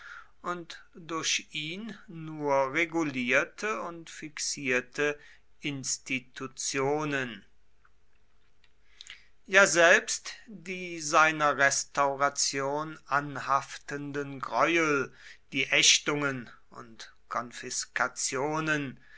und durch ihn nur regulierte und fixierte institutionen ja selbst die seiner restauration anhaftenden greuel die ächtungen und